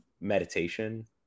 meditation